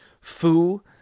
Fu